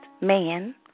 man